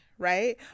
Right